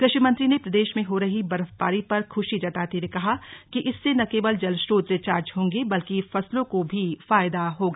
कृषि मंत्री ने प्रदेश में हो रही बर्फबारी पर खुशी जताते हुए कहा कि इससे न केवल जल स्रोत रिचार्ज होंगे बल्कि फसलों को भी फायदा होगा